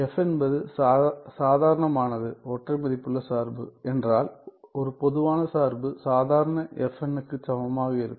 f என்பது சாதாரணமானது ஒற்றை மதிப்புள்ள சார்பு என்றால் ஒரு பொதுவான சார்பு சாதாரண fn க்கு சமமாக இருக்கும்